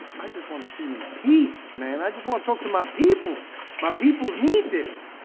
i just want to stream in peace man. i just want to talk to my peoples my peoples need this